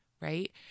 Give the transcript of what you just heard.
right